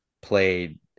played